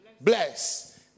bless